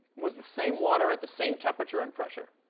was the same water, at the same temperature and pressure,